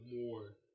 more